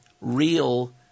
real